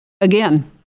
again